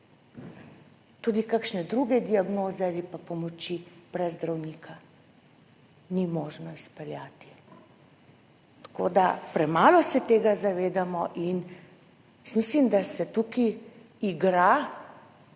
Tudi kakšne druge diagnoze ali pa pomoči brez zdravnika ni možno izpeljati. Premalo se tega zavedamo in jaz mislim, da se tukaj igra,